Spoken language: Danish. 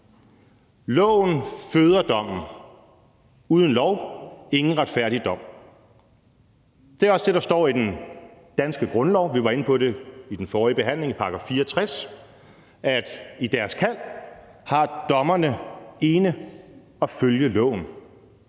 Loven føder dommen. Uden lov er der ingen retfærdig dom. Det er også det, der står i den danske grundlov – vi var inde på det under den forrige behandling – i § 64: at i deres kald har dommerne ene at følge loven.